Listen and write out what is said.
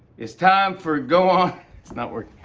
it's time for go on it's not working.